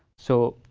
so,